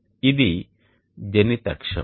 ఇది జెనిత్ అక్షం